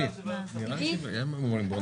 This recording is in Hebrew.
אנחנו